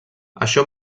això